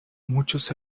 muchos